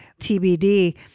TBD